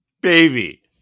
baby